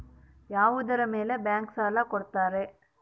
ಯಾವುದರ ಮೇಲೆ ಬ್ಯಾಂಕ್ ಸಾಲ ಕೊಡ್ತಾರ?